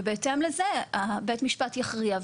ובהתאם לזה בית המשפט יכריע,